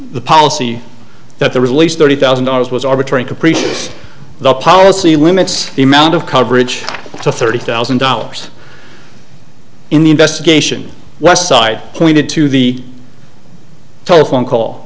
the policy that the release thirty thousand dollars was arbitrary capricious the policy limits the amount of coverage to thirty thousand dollars in the investigation westside pointed to the telephone call